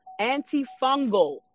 antifungal